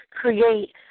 create